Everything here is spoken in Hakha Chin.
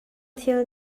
thil